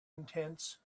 intense